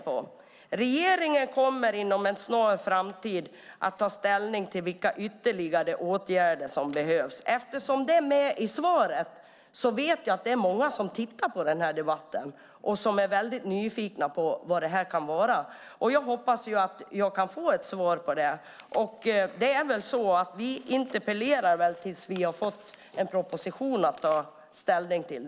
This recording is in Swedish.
Statsrådet sade nämligen att "regeringen kommer inom en snar framtid att ta ställning till vilka ytterligare åtgärder som behövs". Eftersom det sägs i svaret vet jag att många tittar på den här debatten och är nyfikna på vad det kan innebära. Jag hoppas att jag kan få svar på det. Vi lär fortsätta att interpellera tills vi har fått en proposition att ta ställning till.